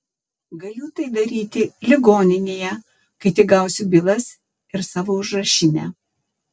galiu tai daryti ligoninėje kai tik gausiu bylas ir savo užrašinę